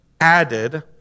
added